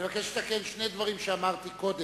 אני מבקש לתקן שני דברים שאמרתי קודם.